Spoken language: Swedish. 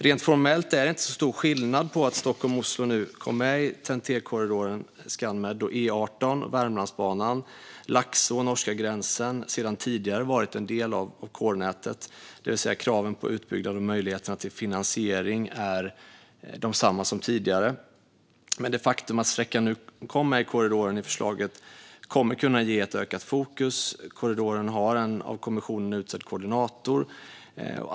Rent formellt är det inte så stor skillnad mellan detta och att Stockholm-Oslo nu kom med i TEN-T-korridoren Skand-Med. Det faktum att sträckan nu kom med i förslaget om korridoren kommer att kunna ge ett ökat fokus. Korridoren har en av kommissionen utsedd koordinator.